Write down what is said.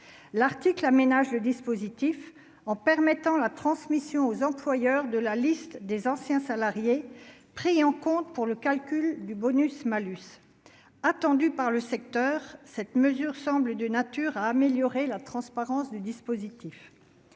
l'article aménage le dispositif en permettant la transmission aux employeurs de la liste des anciens salariés pris en compte pour le calcul du bonus-malus attendu par le secteur cette mesure semble de nature à améliorer la transparence du dispositif,